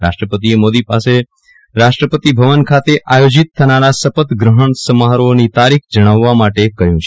રાષ્ટ્રપતિએ મોદી પાસે રાષ્ટ્રપતિ ભવન ખાતે આયોજીત થનારા સપથગ્રફણ સમારોફની તારીખ જણાવવા માટે કહ્યુ હતું